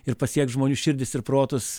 ir pasiekt žmonių širdis ir protus